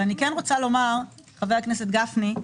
אבל אני רוצה לומר, חבר הכנסת גפני,